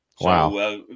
Wow